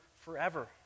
forever